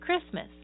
Christmas